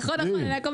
נכון, נכון.